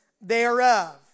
thereof